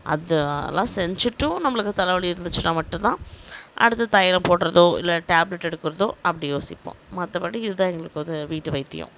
அது எல்லாம் செஞ்சிட்டும் நம்மளுக்கு தலை வலி இருந்துச்சுனா மட்டும் தான் அடுத்த தைலம் போடுகிறதோ இல்லை டேப்லெட் எடுக்கறது அப்படி யோசிப்போம் மற்றபடி இது தான் எங்களுக்கு வந்து வீட்டு வைத்தியம்